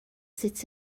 sut